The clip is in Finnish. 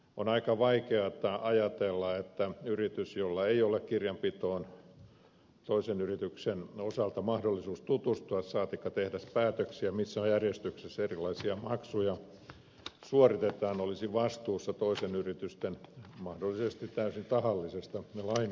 on aika vaikeata ajatella että yritys jolla ei ole toisen yrityksen osalta mahdollisuutta tutustua kirjanpitoon saatikka tehdä päätöksiä missä järjestyksessä erilaisia maksuja suoritetaan olisi vastuussa toisten yritysten mahdollisesti täysin tahallisista laiminlyönneistä